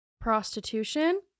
Prostitution